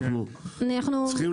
ואנחנו צריכים,